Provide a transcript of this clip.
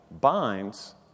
binds